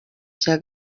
cya